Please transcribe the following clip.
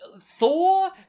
Thor